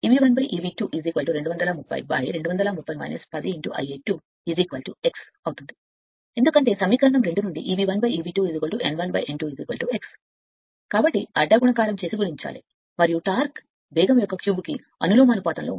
ఎందుకంటే Eb 1 Eb 2 n 1పై n 2 x సమీకరణం 2 నుండి కాబట్టి దీని అర్థం అడ్డ గుణకారం చేసి గుణించాలి మరియు టార్క్ వేగం యొక్క క్యూబ్కు అనులోమానుపాతంలో ఉంటుంది